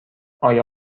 آیا